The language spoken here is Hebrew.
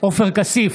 עופר כסיף,